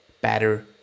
better